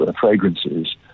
fragrances